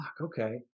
okay